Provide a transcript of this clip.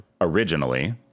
originally